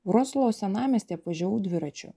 vroclavo senamiestį apvažiavau dviračiu